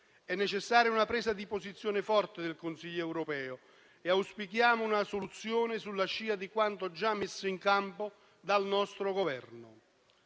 È necessaria una presa di posizione forte del Consiglio europeo e auspichiamo una soluzione sulla scia di quanto già messo in campo dal nostro Governo.